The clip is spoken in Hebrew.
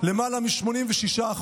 למעלה מ-86%.